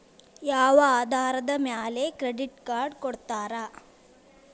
ಯಾವ ಆಧಾರದ ಮ್ಯಾಲೆ ಕ್ರೆಡಿಟ್ ಕಾರ್ಡ್ ಕೊಡ್ತಾರ?